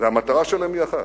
והמטרה שלהם היא אחת: